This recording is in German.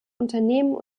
unternehmen